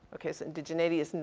okay? so indigeneity is,